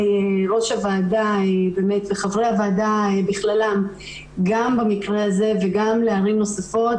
ראש הוועדה וחברי הוועדה בכללם גם במקרה הזה וגם לערים נוספות,